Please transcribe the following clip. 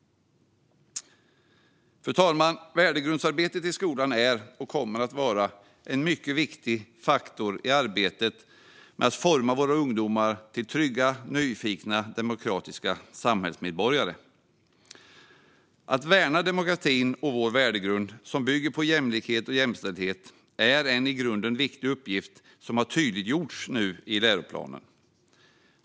Fru talman! Värdegrundsarbetet i skolan är och kommer att vara en mycket viktig faktor i arbetet med att forma våra ungdomar till trygga, nyfikna och demokratiska samhällsmedborgare. Att värna demokratin och vår värdegrund, som bygger på jämlikhet och jämställdhet, är en i grunden viktig uppgift som nu har tydliggjorts i läroplanen.